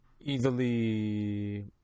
easily